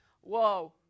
whoa